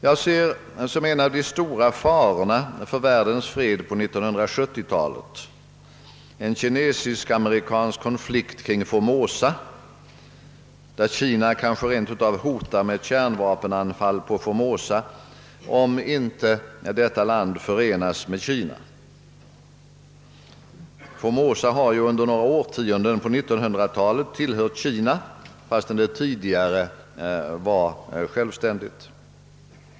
Jag ser som en av de stora farorna för världsfreden på 1970-talet en kinesisk-amerikansk konflikt kring Formosa, i vilken Kina kanske rent av hotar med kärnvapenanfall mot Formosa om detta land inte förenar sig med Kina. Formosa har ju under några årtionden på 1900-talet tillhört Kina, medan det tidigare var självstän digt.